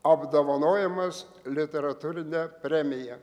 apdovanojamas literatūrine premija